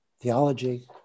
theology